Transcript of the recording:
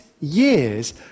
years